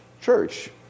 church